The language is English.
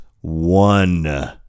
one